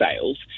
sales